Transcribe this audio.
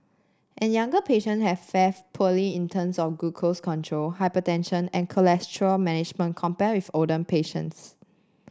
and younger patient have fared poorly in terms of glucose control hypertension and cholesterol management compared with older patients